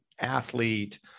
athlete